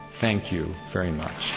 thank you very much